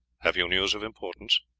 have you news of importance?